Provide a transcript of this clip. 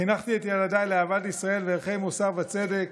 חינכתי את ילדיי לאהבת ישראל ולערכי מוסר וצדק,